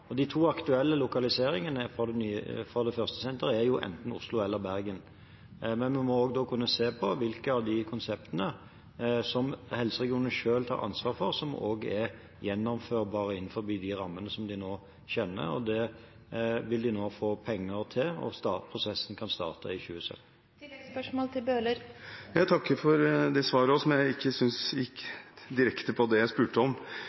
De to aktuelle lokaliseringene for det første senteret er enten Oslo eller Bergen. Men vi må også kunne se på hvilke av de konseptene som helseregionene selv tar ansvar for, som er gjennomførbare innenfor de rammene som de nå kjenner. Det vil de nå få penger til, og prosessen kan starte i 2017. Jeg takker for det svaret også, som jeg ikke synes gikk direkte på det jeg spurte om.